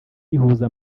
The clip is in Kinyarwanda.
rihuza